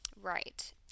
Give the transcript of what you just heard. Right